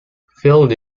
filled